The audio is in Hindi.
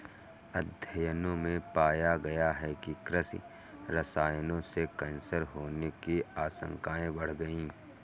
अध्ययनों में पाया गया है कि कृषि रसायनों से कैंसर होने की आशंकाएं बढ़ गई